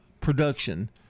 production